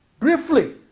briefly,